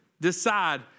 decide